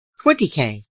20k